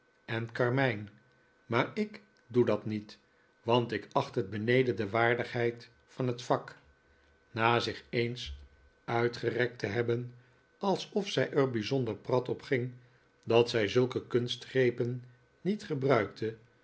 en karmijn maar ik doe dat niet want ik acht het beneden de waardigheid van het vak na zich eens uitgerekt te hebben alsof zij er bijzonder prat op ging dat zij zulke kunstgrepen niet gebruikte